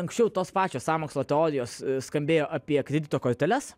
anksčiau tos pačios sąmokslo teorijos skambėjo apie kredito korteles